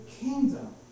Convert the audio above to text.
kingdom